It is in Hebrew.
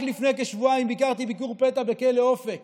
רק לפני כשבועיים ביקרתי ביקור פתע בכלא אופק